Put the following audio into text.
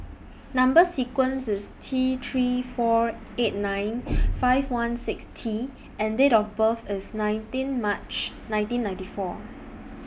Number sequence IS T three four eight nine five one six T and Date of birth IS nineteen March nineteen ninety four